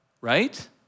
Right